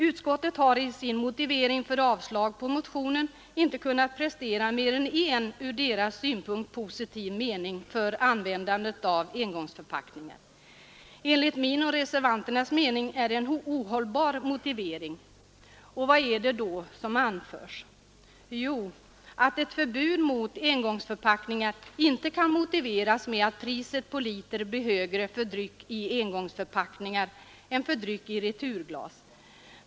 Utskottet har i sin motivering för avslag på motionen inte kunnat prestera mer än en från dess synpunkt positiv mening för användandet av engångsförpackningar. Enligt min och reservanternas uppfattning är det en ohållbar motivering. Vad är det då som anförs? Jo, att ett förbud mot engångsförpackningar inte kan motiveras med att priset per liter blir högre för dryck i engångsförpackningar än för dryck i returglas.